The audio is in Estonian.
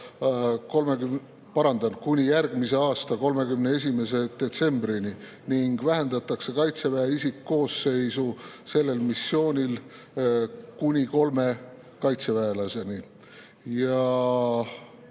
Iraagis kuni järgmise aasta 31. detsembrini ning vähendatakse Kaitseväe isikkoosseisu sellel missioonil kuni kolme kaitseväelaseni.